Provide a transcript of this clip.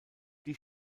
die